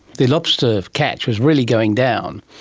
the lobster catch was really going down,